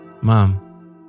Mom